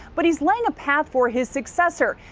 but he is laying a path for his successor,